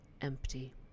empty